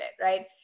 right